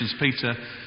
Peter